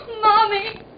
Mommy